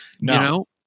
No